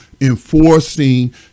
enforcing